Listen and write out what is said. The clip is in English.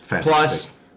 Plus